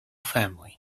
family